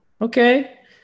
Okay